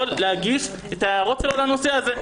יכול להגיש את ההערות שלו לנושא הזה.